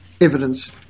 evidence